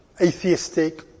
atheistic